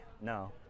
No